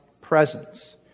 presence